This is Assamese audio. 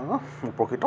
উপকৃত